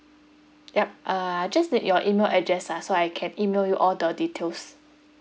yup uh I just need your email address ah so I can email you all the details